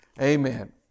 Amen